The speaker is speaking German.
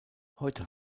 heute